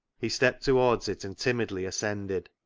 he stepped towards it and timidly ascended.